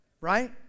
Right